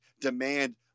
demand